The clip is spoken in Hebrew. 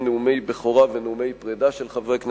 נאומי בכורה ונאומי פרידה של חברי הכנסת,